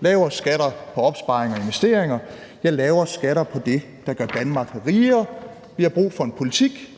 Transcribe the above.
lavere skatter på opsparing og investeringer, ja, lavere skatter på det, der gør Danmark rigere. Vi har brug for en politik,